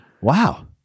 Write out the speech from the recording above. Wow